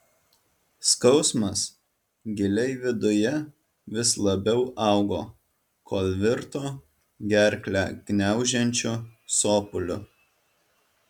skausmas giliai viduje vis labiau augo kol virto gerklę gniaužiančiu sopuliu